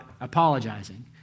apologizing